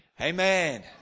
Amen